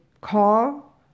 call